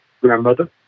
grandmother